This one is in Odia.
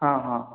ହଁ ହଁ